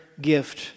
gift